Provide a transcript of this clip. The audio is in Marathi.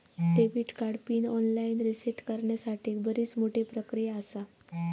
debit card PIN online reset करण्यासाठीक बरीच मोठी प्रक्रिया आसा